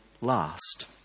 last